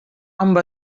amb